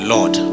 Lord